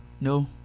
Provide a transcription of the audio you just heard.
no